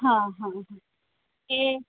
હા હા એ